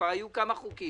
כבר היו כמה חוקים